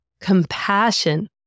compassion